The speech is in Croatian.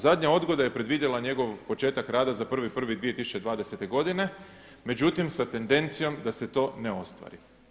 Zadnja odgoda je predvidjela njegov početak rada za 1.1.2020. godine, međutim sa tendencijom da se to ne ostvari.